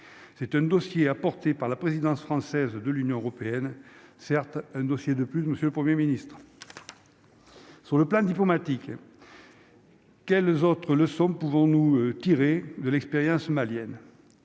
c'est un dossier par la présidence française de l'Union européenne, certes, un dossier de plus monsieur le 1er ministre sur le plan diplomatique. Quels autres le sommes pouvons-nous tirer de l'expérience malienne,